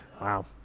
Wow